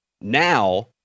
Now